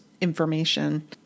information